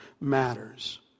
matters